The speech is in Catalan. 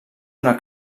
una